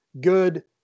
good